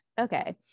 okay